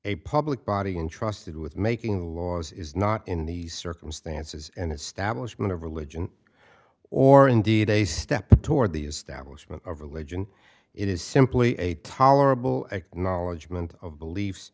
a public body entrusted with making laws is not in the circumstances and establishment of religion or indeed a step toward the establishment of religion it is simply a tolerable acknowledgment of beliefs